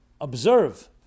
observe